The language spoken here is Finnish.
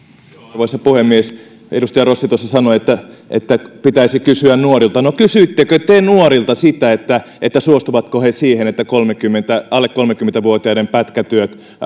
arvoisa puhemies edustaja rossi sanoi että että pitäisi kysyä nuorilta no kysyittekö te nuorilta sitä suostuvatko he siihen että alle kolmekymmentä vuotiaiden pätkätyöt